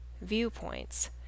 viewpoints